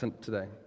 today